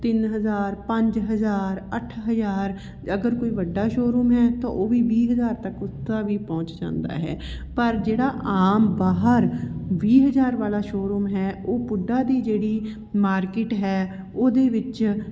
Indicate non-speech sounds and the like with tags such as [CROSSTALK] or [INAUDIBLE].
ਤਿੰਨ ਹਜ਼ਾਰ ਪੰਜ ਹਜ਼ਾਰ ਅੱਠ ਹਜ਼ਾਰ ਅਗਰ ਕੋਈ ਵੱਡਾ ਸ਼ੋਰੂਮ ਹੈ ਤਾਂ ਉਹ ਵੀ ਵੀਹ ਹਜ਼ਾਰ ਤੱਕ [UNINTELLIGIBLE] ਵੀ ਪਹੁੰਚ ਜਾਂਦਾ ਹੈ ਪਰ ਜਿਹੜਾ ਆਮ ਬਾਹਰ ਵੀਹ ਹਜ਼ਾਰ ਵਾਲਾ ਸ਼ੋਰੂਮ ਹੈ ਉਹ ਪੁੱਡਾ ਦੀ ਜਿਹੜੀ ਮਾਰਕੀਟ ਹੈ ਉਹਦੇ ਵਿੱਚ